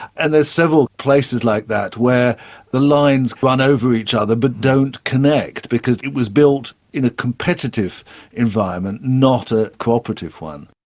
and there are several places like that where the lines run over each other but don't connect, because it was built in a competitive environment, not a cooperative one.